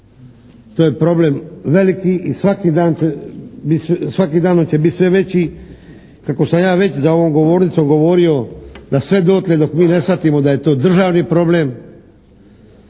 To je problem veliki i svaki danom će biti sve veći. Kako sam ja već za ovom govornicom govorio da sve dotle dok mi ne shvatimo da je to državni problem